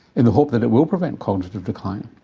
in the hope that it will prevent cognitive decline.